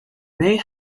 may